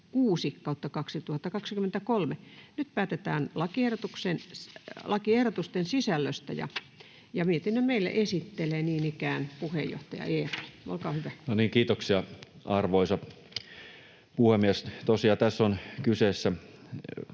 6/2023 vp. Nyt päätetään lakiehdotusten sisällöstä. Mietinnön meille esittelee niin ikään puheenjohtaja Eerola. — Olkaa hyvä. Kiitoksia, arvoisa puhemies! Tosiaan tässä on kyseessä